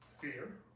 Fear